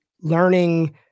learning